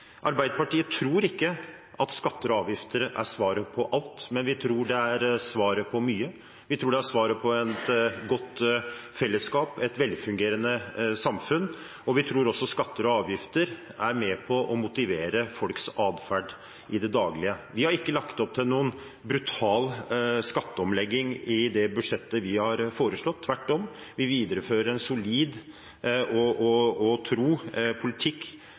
Arbeiderpartiet tror ikke at skatter og avgifter er svaret på alt, men vi tror det er svaret på mye. Vi tror det er svaret på et godt fellesskap, et velfungerende samfunn. Vi tror også skatter og avgifter er med på å motivere folks atferd i det daglige. Vi har ikke lagt opp til noen brutal skatteomlegging i det budsjettet vi har foreslått – tvert om. Vi viderefører en solid og tro politikk